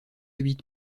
huit